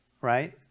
Right